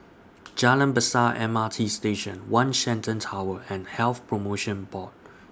Jalan Besar M R T Station one Shenton Tower and Health promotion Board